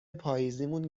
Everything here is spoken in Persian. پاییزیمون